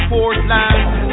Portland